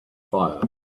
fire